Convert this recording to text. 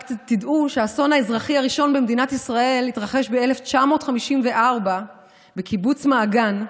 רק תדעו שהאסון האזרחי הראשון במדינת ישראל התרחש ב-1954 בקיבוץ מעגן: